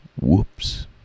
whoops